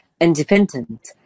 independent